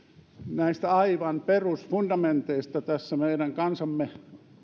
näistä aivan perusfundamenteista meidän kansamme